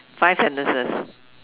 five sentences